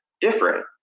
different